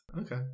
Okay